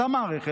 אותה מערכת,